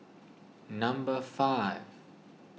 number five